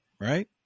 right